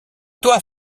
toi